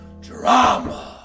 drama